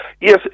Yes